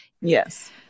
Yes